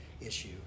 issue